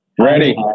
ready